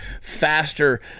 faster